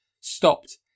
stopped